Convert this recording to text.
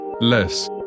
less